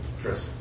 Chris